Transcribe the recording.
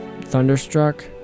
Thunderstruck